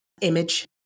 image